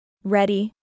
Ready